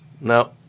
No